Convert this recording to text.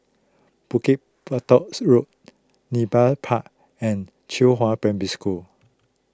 Bukit Batoks Road Nepal Park and Qihua Primary School